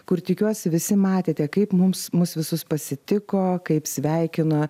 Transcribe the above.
kur tikiuosi visi matėte kaip mums mus visus pasitiko kaip sveikino